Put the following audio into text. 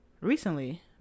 Recently